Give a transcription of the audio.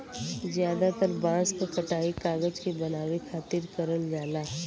जादातर बांस क कटाई कागज के बनावे खातिर करल जाला